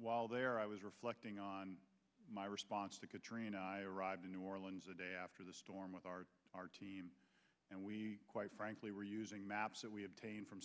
while there i was reflecting on my response to katrina arrived in new orleans a day after the storm with our our team and we quite frankly were using maps that we have from